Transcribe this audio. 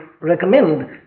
recommend